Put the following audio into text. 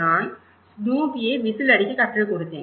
நான் ஸ்னூபியை விசில் அடிக்கக் கற்றுக் கொடுத்தேன்